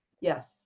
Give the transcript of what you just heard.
Yes